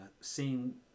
seeing